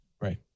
Right